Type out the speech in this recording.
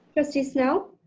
trustee snell.